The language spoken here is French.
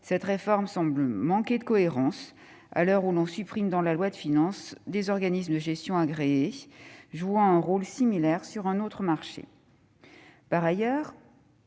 cette réforme semble manquer de cohérence à l'heure où l'on supprime en loi de finances des organismes de gestion agréés (OGA) jouant un rôle similaire sur un autre marché. Par ailleurs,